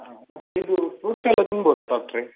ಹಾಂ ಮತ್ತೆ ಇದು ಫ್ರೂಟ್ಸ್ ಎಲ್ಲ ತಿನ್ಬೋದಾ ಡಾಕ್ಟ್ರೇ